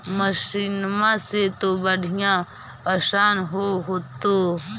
मसिनमा से तो बढ़िया आसन हो होतो?